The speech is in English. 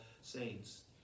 saints